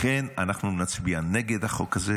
לכן אנחנו נצביע נגד החוק הזה.